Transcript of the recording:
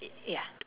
ya